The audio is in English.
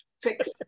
fix